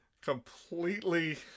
Completely